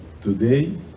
today